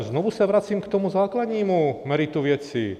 Znovu se vracím k základnímu meritu věci.